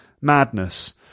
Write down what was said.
madness